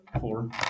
Four